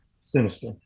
sinister